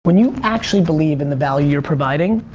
when you actually believe in the value you're providing,